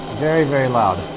very, very loud.